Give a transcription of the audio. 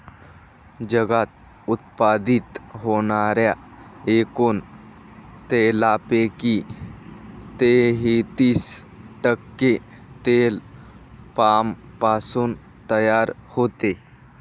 जगात उत्पादित होणाऱ्या एकूण तेलापैकी तेहतीस टक्के तेल पामपासून तयार होते